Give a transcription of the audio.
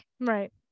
right